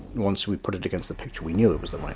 once we put it against the picture, we knew it was the